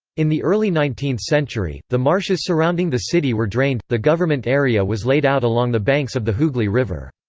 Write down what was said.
in the early nineteenth century, the marshes surrounding the city were drained the government area was laid out along the banks of the hooghly river.